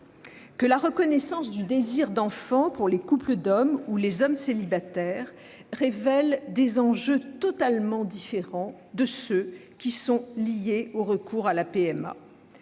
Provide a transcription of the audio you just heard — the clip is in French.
la reconnaissance du désir d'enfant pour les couples d'hommes ou les hommes célibataires soulève des enjeux totalement différents de ceux qui sont liés au recours à la PMA.